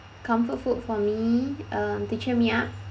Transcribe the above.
comfort food for me um to cheer me up